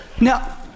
now